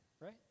right